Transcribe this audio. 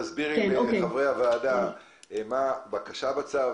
תסבירי לחברי הוועדה מה הבקשה שבצו,